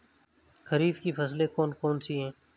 खरीफ की फसलें कौन कौन सी हैं?